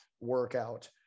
workout